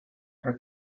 her